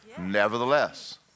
Nevertheless